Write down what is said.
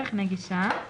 נגישה"